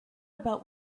about